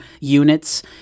units